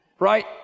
right